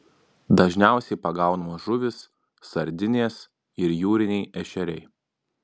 dažniausiai pagaunamos žuvys sardinės ir jūriniai ešeriai